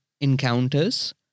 encounters